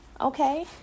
okay